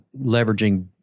leveraging